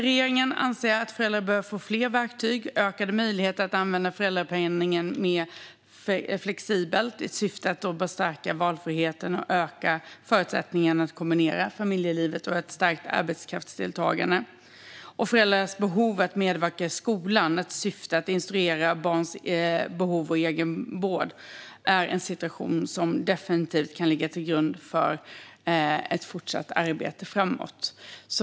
Regeringen anser att föräldrar bör få fler verktyg och ökade möjligheter att använda föräldrapenningen mer flexibelt i syfte att förstärka valfriheten och öka förutsättningarna att kombinera familjelivet och ett starkt arbetskraftsdeltagande. Föräldrarnas behov av att medverka i skolan i syfte att instruera om barnets behov och egenvård är en situation som definitivt kan ligga till grund för ett fortsatt arbete framåt.